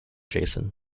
jason